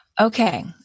Okay